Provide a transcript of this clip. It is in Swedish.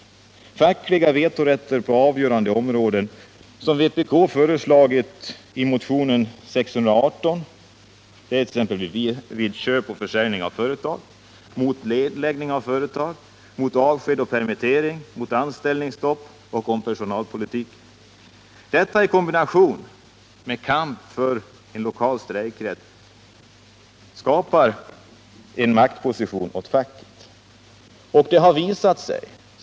Det är fråga om fackliga vetorätter på avgörande områden, som vpk föreslagit i motionen 618 — exempelvis vid köp och försäljning av företag, mot nedläggning av företag, mot avsked och permittering, mot anställningsstopp och när det gäller personalpolitiken. Detta i kombination med kamp för en lokal strejkrätt skapar en maktposition åt facket.